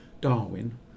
Darwin